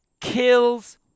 kills